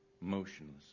Motionless